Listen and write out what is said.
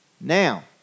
Now